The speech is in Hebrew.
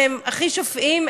שהם הכי שופעים,